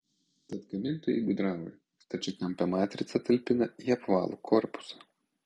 tad gamintojai gudrauja stačiakampę matricą talpina į apvalų korpusą